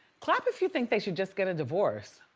clap, if you think they should just get a divorce.